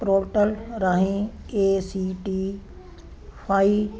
portal ਰਾਹੀਂ A C T fi